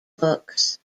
books